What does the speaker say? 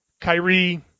Kyrie